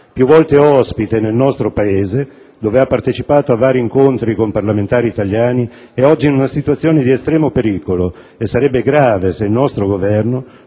Più volte ospite nel nostro Paese, dove ha partecipato a vari incontri con parlamentari italiani, è oggi in una situazione di estremo pericolo e sarebbe grave se il nostro Governo